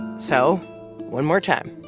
so one more time.